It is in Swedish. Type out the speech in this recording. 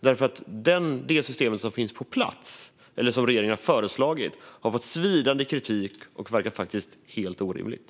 Det system som regeringen har föreslagit har nämligen fått svidande kritik och verkar faktiskt helt orimligt.